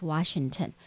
Washington